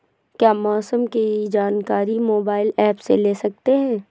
क्या मौसम की जानकारी मोबाइल ऐप से ले सकते हैं?